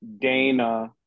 Dana